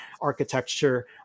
architecture